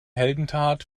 heldentat